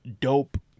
dope